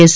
S